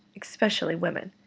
especially women.